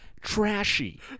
trashy